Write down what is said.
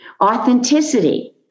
Authenticity